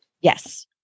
Yes